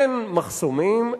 אין מחסומים,